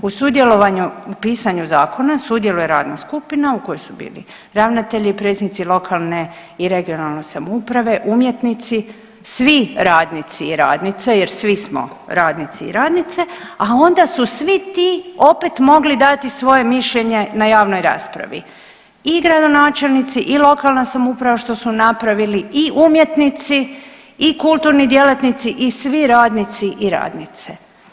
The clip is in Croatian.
U pisanju zakona sudjeluje radna skupina u kojoj su bili ravnatelji, predsjednici lokalne i regionalne samouprave, umjetnici, svi radnici i radnice jer svi smo radnici i radnice, a onda su svi ti opet mogli dati svoje mišljenje na javnoj raspravi i gradonačelnici i lokalna samouprava što su napravili i umjetnici i kulturni djelatnici i svi radnici i radnice.